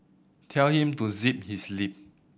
tell him to zip his lip